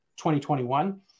2021